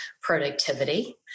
productivity